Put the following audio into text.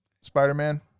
Spider-Man